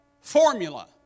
formula